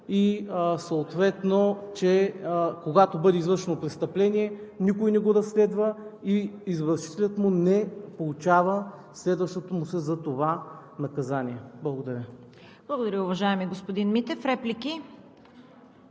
и съответно, че когато бъде извършено престъпление, никой не го разследва и извършителят му не получава следващото му се за това наказание. Благодаря. ПРЕДСЕДАТЕЛ ЦВЕТА КАРАЯНЧЕВА: Благодаря, уважаеми господин Митев. Реплики?